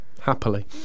Happily